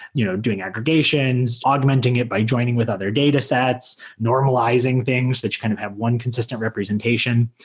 you know doing aggregations, augmenting it by joining with other datasets, normalizing things that you kind of have one consistent representation.